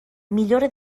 millora